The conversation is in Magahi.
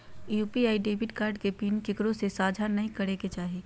यू.पी.आई डेबिट कार्ड के पिन केकरो से साझा नइ करे के चाही